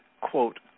quote